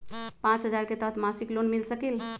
पाँच हजार के तहत मासिक लोन मिल सकील?